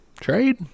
trade